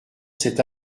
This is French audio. cet